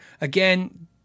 Again